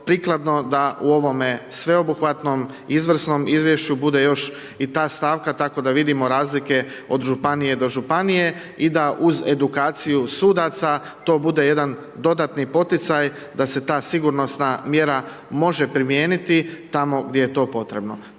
da u ovome sveobuhvatnom, izvrsnom izvješću, bude još i ta stavka, tako da vidimo razlike od županije do županije i da uz edukaciju sudaca, to bude jedan dodatni poticaj, da se ta sigurnosna mjera može primijeniti tamo gdje je to potrebno.